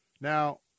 Now